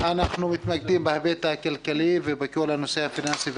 אנחנו מתמקדים בהיבט הכלכלי ובכל הנושא הפיננסי.